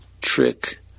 trick